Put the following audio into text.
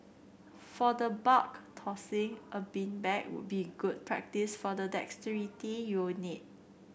for the bulk tossing a beanbag would be good practice for the dexterity you'll need